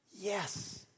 Yes